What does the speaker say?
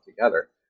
together